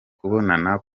kubonana